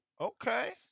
Okay